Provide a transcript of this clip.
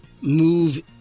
Move